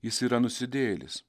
jis yra nusidėjėlis